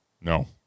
No